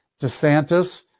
DeSantis